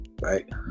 right